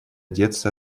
деться